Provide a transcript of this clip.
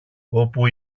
όπου